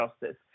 justice